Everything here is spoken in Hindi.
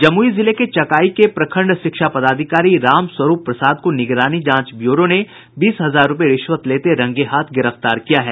जमुई जिले के चकाई के प्रखंड शिक्षा पदाधिकारी रामस्वरूप प्रसाद को निगरानी जांच ब्यूरो ने बीस हजार रूपये रिश्वत लेते रंगेहाथ गिरफ्तार किया है